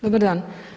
Dobar dan.